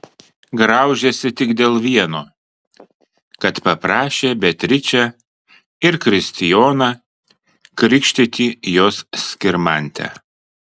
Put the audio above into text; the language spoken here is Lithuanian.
graužėsi tik dėl vieno kad paprašė beatričę ir kristijoną krikštyti jos skirmantę